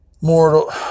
mortal